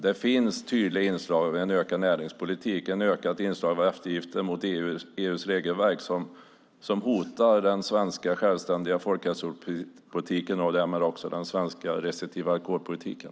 Det finns tydliga inslag av en ökad näringspolitik och ett ökat inslag av eftergifter mot EU:s regelverk som hotar den svenska självständiga folkhälsopolitiken och därmed också den svenska restriktiva alkoholpolitiken.